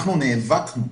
אנחנו נאבקנו,